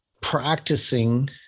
practicing